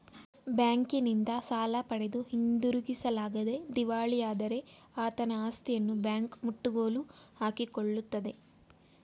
ಬ್ಯಾಂಕಿನಿಂದ ಸಾಲ ಪಡೆದು ಹಿಂದಿರುಗಿಸಲಾಗದೆ ದಿವಾಳಿಯಾದರೆ ಆತನ ಆಸ್ತಿಯನ್ನು ಬ್ಯಾಂಕ್ ಮುಟ್ಟುಗೋಲು ಹಾಕಿಕೊಳ್ಳುತ್ತದೆ